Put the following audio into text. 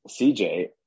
CJ